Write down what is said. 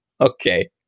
Okay